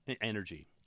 energy